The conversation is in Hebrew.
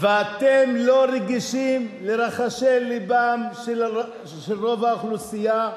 ואתם לא רגישים לרחשי לבם של רוב האוכלוסייה,